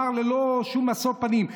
ללא שום משוא פנים,